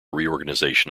reorganisation